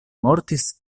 mortis